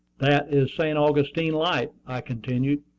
that is st. augustine light, i continued.